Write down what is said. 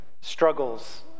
struggles